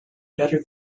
better